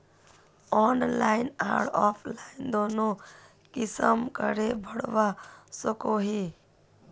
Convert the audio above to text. Loan online आर offline दोनों किसम के भरवा सकोहो ही?